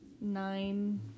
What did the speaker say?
nine